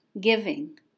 giving